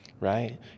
right